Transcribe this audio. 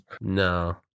No